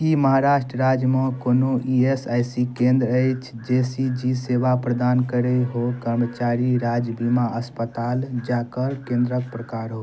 की महाराष्ट्र राज्यमे कोनो E S I C केन्द्र अछि जे सी जी सेवा प्रदान करैत हो कर्मचारी राज्य बीमा अस्पताल जकर केन्द्रक प्रकार हो